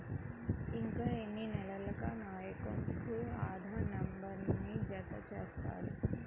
ఇంకా ఎన్ని నెలలక నా అకౌంట్కు ఆధార్ నంబర్ను జత చేస్తారు?